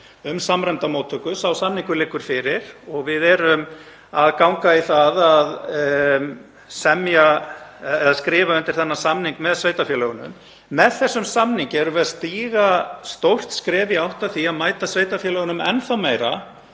um samræmda móttöku. Sá samningur liggur fyrir og við erum að ganga í það að skrifa undir þann samning með sveitarfélögunum. Með þessum samningi erum við að stíga stórt skref í átt að því að mæta sveitarfélögunum enn þá meira